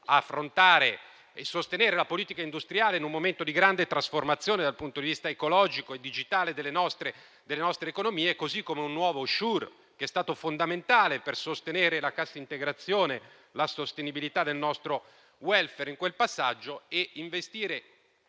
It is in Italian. affrontare e sostenere la politica industriale in un momento di grande trasformazione dal punto di vista ecologico e digitale delle nostre economie. Allo stesso modo, il nuovo Sure è stato fondamentale per sostenere la cassa integrazione e la sostenibilità del nostro *welfare* in quel passaggio e, in